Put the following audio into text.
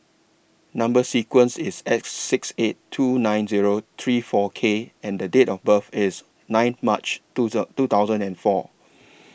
Number sequence IS S six eight two nine Zero three four K and The Date of birth IS nine March two The two thousand and four